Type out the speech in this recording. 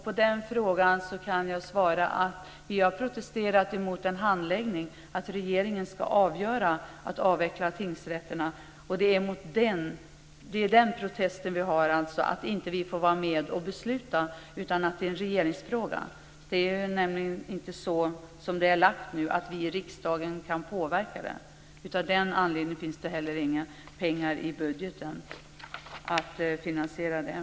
På den frågan kan jag svara att vi har protesterat mot handläggningen, dvs. att regeringen ska avgöra frågan om avveckling av tingsrätterna. Det är det vi protesterar mot - att vi inte får vara med och besluta utan att det är en regeringsfråga. Som förslaget är framställt kan vi i riksdagen nämligen inte påverka detta. Av den anledningen finns det heller inga pengar i budgeten för att finansiera det.